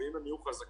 ואם הם יהיו חזקים,